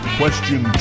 question